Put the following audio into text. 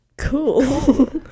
Cool